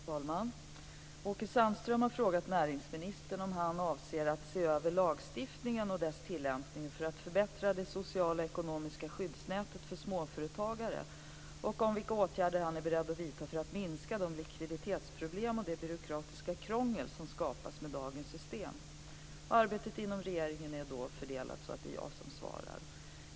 Fru talman! Åke Sandström har frågat näringsministern om han avser att se över lagstiftningen och dess tillämpning för att förbättra det sociala och ekonomiska skyddsnätet för småföretagare och vilka åtgärder han är beredd att vidta för att minska de likviditetsproblem och det byråkratiska krångel som skapas med dagens system. Arbetet inom regeringen är så fördelat att det är jag som ska svara på interpellationen.